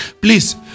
please